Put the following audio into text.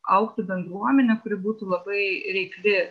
augtų bendruomenė kuri būtų labai reikli